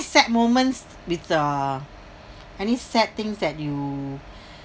sad moments with the any sad things that you